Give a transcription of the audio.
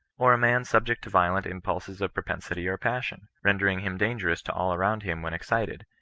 or a man subject to violent impulses of propensity or passion, rendering him dan gerous to all around him when excited,